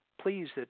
pleased